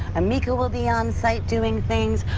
ameeka will be on site doing things.